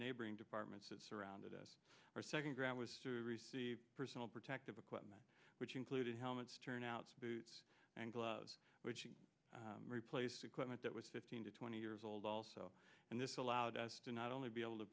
neighboring departments that surrounded us our second grant was to receive personal protective equipment which included helmets turnout's boots and gloves which would replace equipment that was fifteen to twenty years old also and this allowed us to not only be able to